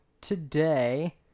today